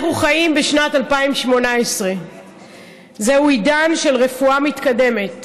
אנחנו חיים בשנת 2018. זהו עידן של רפואה מתקדמת,